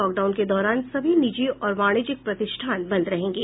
lockdown के दौरान सभी निजी और वाणिज्यिक प्रतिष्ठान बंद रहेंगे